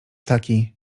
taki